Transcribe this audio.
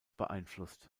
beeinflusst